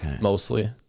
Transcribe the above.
mostly